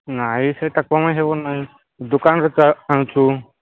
ନାଇଁ ସେଇଟା କମେଇ ହେବ ନାଇଁ ଦୋକାନରୁ ତା ଆଣୁଛୁ